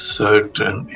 certain